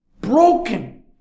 broken